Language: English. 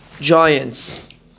giants